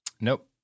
Nope